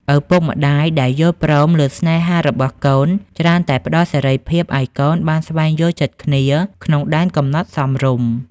ឪពុកម្ដាយដែលយល់ព្រមលើស្នេហារបស់កូន ច្រើនតែផ្ដល់សេរីភាពឱ្យកូនបានស្វែងយល់ចិត្តគ្នា ក្នុងដែនកំណត់សមរម្យ។